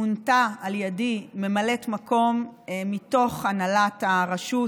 מונתה על ידי ממלאת מקום מתוך הנהלת הרשות,